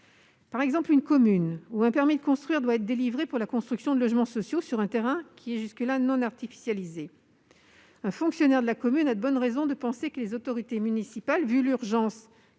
cas d'une commune où un permis de construire doit être délivré pour la construction de logements sociaux sur un terrain jusque-là non artificialisé. Un fonctionnaire de cette commune a de bonnes raisons de penser que les autorités municipales, vu l'urgence